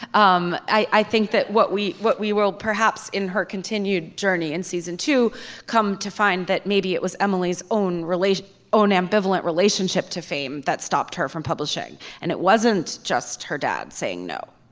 um i think that what we what we world perhaps in her continued journey in season to come to find that maybe it was emily's own related own ambivalent relationship to fame that stopped her from publishing and it wasn't just her dad saying no.